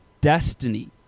destiny